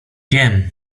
wiem